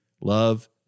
love